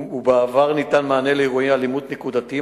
ובעבר ניתן מענה לאירועי אלימות נקודתיים,